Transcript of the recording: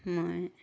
মই